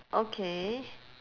okay